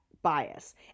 bias